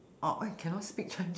orh !oi! cannot speak chinese